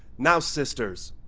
now sisters,